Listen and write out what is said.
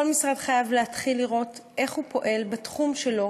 כל משרד חייב להתחיל לראות איך הוא פועל בתחום שלו